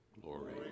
Glory